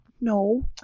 No